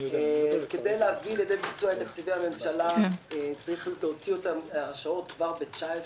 כדי להביא לידי ביצוע את תקציבי הממשלה צריך להוציא הרשאות כבר ב-2019,